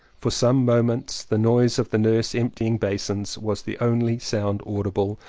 for some moments the noise of the nurse emptying basins was the only sound audible.